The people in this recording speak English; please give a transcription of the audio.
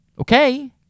Okay